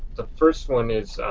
the first one